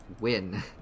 win